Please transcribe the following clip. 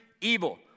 evil